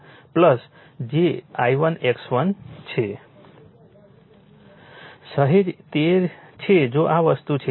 તેથી જ આ એક I2 છે જે અહીં લખેલું છે આ I2 છે વાસ્તવમાં સહેજ તે છે જો આ વસ્તુ છે